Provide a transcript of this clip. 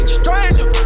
stranger